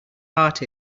heart